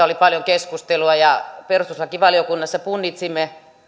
oli paljon keskustelua ja perustuslakivaliokunnassa punnitsimme